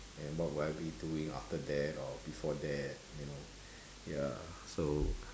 and what will I be doing after that or before that you know ya so